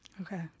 Okay